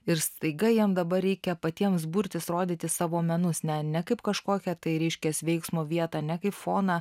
ir staiga jiem dabar reikia patiems burtis rodyti savo menus ne ne kaip kažkokią tai reiškias veiksmo vietą ne kaip foną